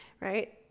right